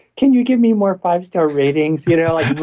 can you give me more five star ratings? you know like, the